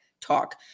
Talk